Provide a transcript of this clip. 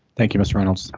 thank you, ms reynolds.